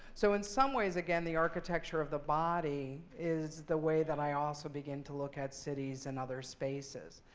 so in some ways, again, the architecture of the body is the way that i also begin to look at cities and other spaces.